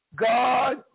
God